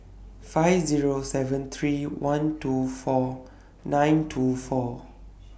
five Zero seven three one two four nine two four